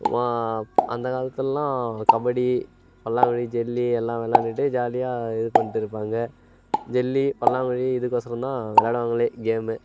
அந்த காலத்துலெல்லாம் கபடி பல்லாங்குழி ஜெல்லி எல்லாம் விளாண்டுட்டு ஜாலியாக இது பண்ணிட்ருப்பாங்க ஜெல்லி பல்லாங்குழி இதுக்கொசரம் தான் விளாடுவாங்களே கேமு